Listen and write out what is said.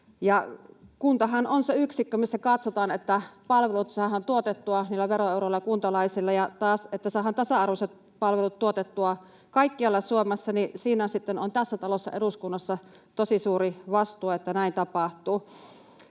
Kuntahan on se yksikkö, missä katsotaan, että palvelut saadaan tuotettua veroeuroilla kuntalaisille, ja siinä taas, että saadaan tasa-arvoiset palvelut tuotettua kaikkialla Suomessa, sitten on tässä talossa, eduskunnassa, tosi suuri vastuu, että näin tapahtuu.